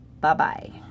Bye-bye